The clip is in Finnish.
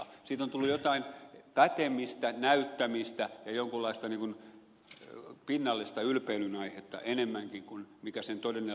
siitä on tullut jotain pätemistä näyttämistä ja jonkunlaista niin kuin pinnallista ylpeilyn aihetta enemmänkin kuin mikä sen todellinen luonto on